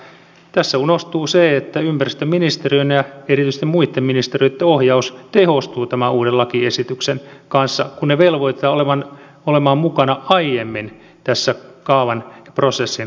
tässä unohtuu se että ympäristöministeriön ja erityisesti muitten ministeriöitten ohjaus tehostuu tämän uuden lakiesityksen kanssa kun ne velvoitetaan olemaan mukana aiemmassa tämän prosessin vaiheessa